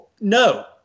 no